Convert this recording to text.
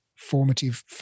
Formative